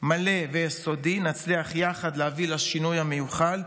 מלא ויסודי נצליח להביא יחד לשינוי המיוחל,